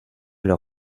leur